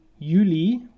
Juli